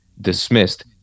dismissed